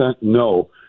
No